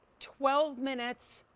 twelve minutes.